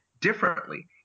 differently